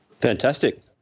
Fantastic